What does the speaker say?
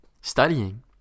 studying